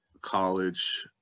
college